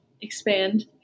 expand